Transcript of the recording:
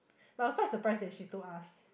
but I was quite surprise that she told us